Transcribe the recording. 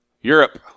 Europe